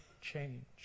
change